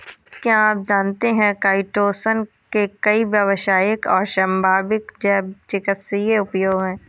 क्या आप जानते है काइटोसन के कई व्यावसायिक और संभावित जैव चिकित्सीय उपयोग हैं?